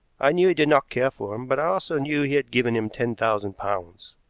i knew he did not care for him, but i also knew he had given him ten thousand pounds.